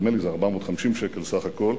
נדמה לי שזה 450 שקל סך הכול,